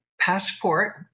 passport